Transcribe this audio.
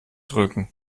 drücken